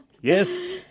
Yes